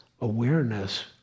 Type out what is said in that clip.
awareness